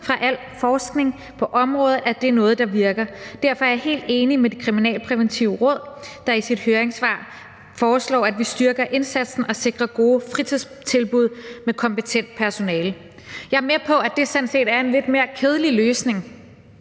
fra al forskning på området, at det er noget, der virker. Derfor er jeg helt enig med Det Kriminalpræventive Råd, der i sit høringssvar foreslår, at vi styrker indsatsen og sikrer gode fritidstilbud med kompetent personale. Jeg er med på, at det sådan set er en lidt mere kedelig løsning,